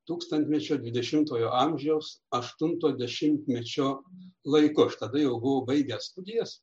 tūkstantmečio dvidešimtojo amžiaus aštunto dešimtmečio laiko aš tada jau buvau baigęs studijas